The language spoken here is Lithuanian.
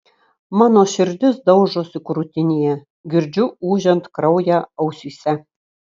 mano širdis daužosi krūtinėje girdžiu ūžiant kraują ausyse